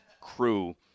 crew